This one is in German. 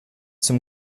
zum